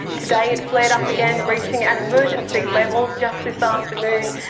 today it flared up again reaching and emergency level just this afternoon.